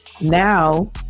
now